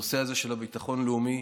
בנושא הזה של הביטחון הלאומי,